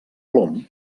plom